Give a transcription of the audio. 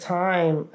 time